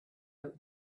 out